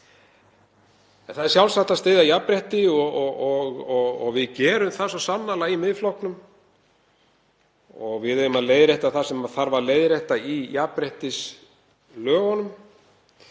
það er sjálfsagt að styðja jafnrétti og við gerum það svo sannarlega í Miðflokknum og við eigum að leiðrétta það sem þarf að leiðrétta í jafnréttislögunum.